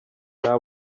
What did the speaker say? nta